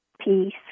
peace